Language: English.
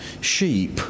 Sheep